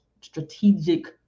strategic